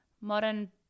modern